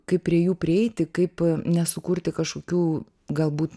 kaip prie jų prieiti kaip nesukurti kažkokių galbūt